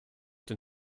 den